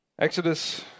Exodus